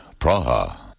Praha